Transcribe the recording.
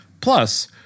Plus